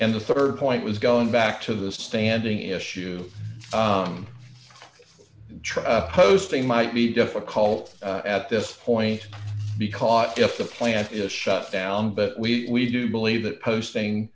and the rd point was going back to the standing issue hosting might be difficult at this point because if the plant is shut down but we do believe that posting